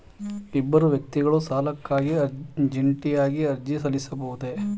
ಇಬ್ಬರು ವ್ಯಕ್ತಿಗಳು ಸಾಲಕ್ಕಾಗಿ ಜಂಟಿಯಾಗಿ ಅರ್ಜಿ ಸಲ್ಲಿಸಬಹುದೇ?